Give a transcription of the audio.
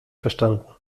verstanden